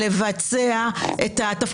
אז הוא משנה את עורו כשהוא נכנס לממשלה,